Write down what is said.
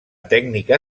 tècnica